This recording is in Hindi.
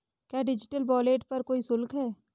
क्या डिजिटल वॉलेट पर कोई शुल्क है?